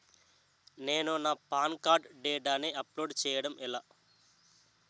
నేను నా PAN card డేటాను అప్లోడ్ చేయడం ఎలా?